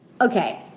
Okay